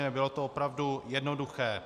Nebylo to opravdu jednoduché.